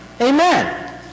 Amen